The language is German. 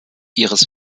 ihres